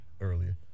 earlier